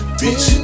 bitch